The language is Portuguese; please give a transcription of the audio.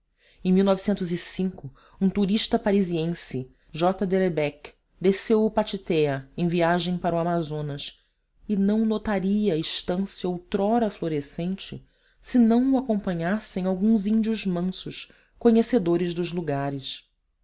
era o um touriste parisiense j delebecque desceu o pachitéa em viagem para o amazonas e não notaria a estância outrora florescente se não o acompanhassem alguns índios mansos conhecedores dos lugares